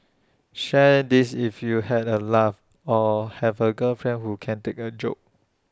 share this if you had A laugh or have A girlfriend who can take A joke